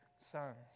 sons